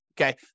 okay